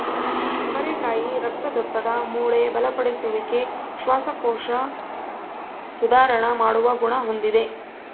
ಅವರೆಕಾಯಿ ರಕ್ತದೊತ್ತಡ, ಮೂಳೆ ಬಲಪಡಿಸುವಿಕೆ, ಶ್ವಾಸಕೋಶ ಸುಧಾರಣ ಮಾಡುವ ಗುಣ ಹೊಂದಿದೆ